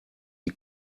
die